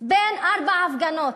בין ארבע הפגנות: